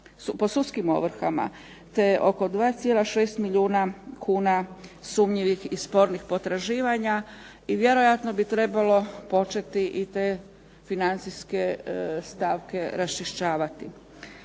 te oko 2,6 milijuna kuna sumnjivih i spornih potraživanja i vjerojatno bi trebalo početi i te financijske stavke raščišćavati.